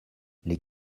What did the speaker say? les